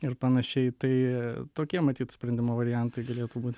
ir panašiai tai tokie matyt sprendimo variantai galėtų būt